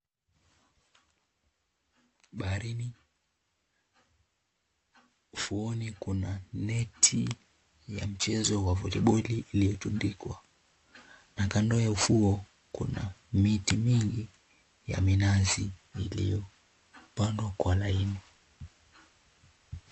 Baharini ufuoni kuna neti ya mchezo ya {cs}volleyballi{cs} iliyotundikwa na kando ya ufuo kuna miti mingi ya minazi iliyopandwa Kwa laini.